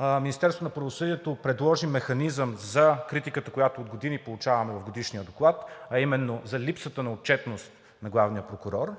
Министерството на правосъдието предложи механизъм за критиката, която от години получаваме в Годишния доклад, а именно за липсата на отчетност на главния прокурор.